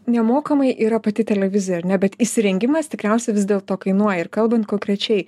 nemokamai yra pati televizija ar ne bet įsirengimas tikriausiai vis dėlto kainuoja ir kalbant konkrečiai